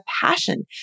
passion